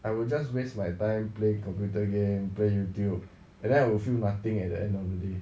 I will just waste my time play computer games play youtube and then I will feel nothing at the end the day